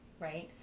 right